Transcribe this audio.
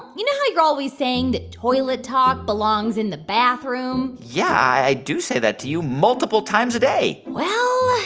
you know how you're always saying that toilet talk belongs in the bathroom? yeah. i do say that to you, multiple times a day well,